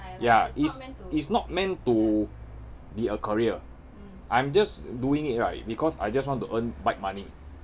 ya it's it's not meant to be a career I'm just doing it right because I just want to earn bike money